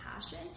passion